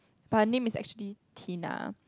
but her name is actually Tina